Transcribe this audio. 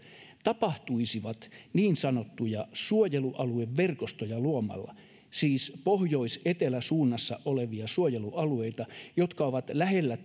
tapahtuisivat niin sanottuja suojelualueverkostoja luomalla siis pohjois etelä suunnassa olevia suojelualueita jotka ovat lähellä